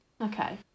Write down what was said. Okay